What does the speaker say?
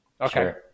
okay